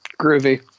Groovy